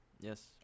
Yes